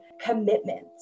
commitments